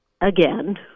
again